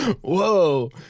Whoa